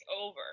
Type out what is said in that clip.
over